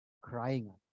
crying